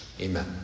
Amen